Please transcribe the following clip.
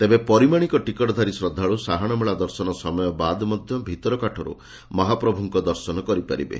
ତେବେ ପରିମାଶିକ ଟିକଟଧାରୀ ଶ୍ରଦ୍ଧାଳୁ ସାହାଶ ମେଳା ଦର୍ଶନ ସମୟ ବାଦ୍ ମଧ ଭିତରକାଠରୁ ମହାପ୍ରଭୁଙ୍କ ଦର୍ଶନ କରିପାରିବେ